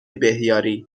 بهیاری